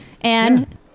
and-